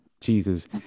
Jesus